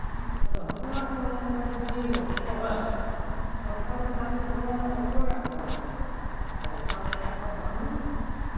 ᱟᱫᱚ ᱦᱚᱜᱼᱚᱭ ᱱᱟᱠᱚ ᱱᱚᱝᱠᱟ ᱡᱩᱫᱤ ᱱᱚᱥᱴᱚᱜᱼᱟ ᱱᱚᱥᱴᱚ ᱞᱮᱱᱠᱷᱟᱱ ᱫᱚ ᱩᱱ ᱟᱫᱚ ᱚᱠᱚᱭᱟᱜ ᱵᱚᱦᱚᱜ ᱮᱢ ᱫᱟᱞ ᱛᱮ ᱵᱚᱦᱚᱜ ᱫᱟᱞ ᱠᱟᱛᱮᱜ ᱛᱚ ᱟᱨ ᱵᱟᱝ ᱦᱩᱭᱩᱜᱼᱟ